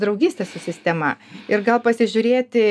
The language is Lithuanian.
draugystės su sistema ir gal pasižiūrėti